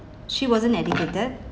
she wasn't educated